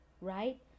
right